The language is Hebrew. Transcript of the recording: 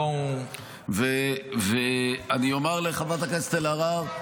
אני אומר לחברת הכנסת אלהרר,